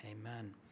amen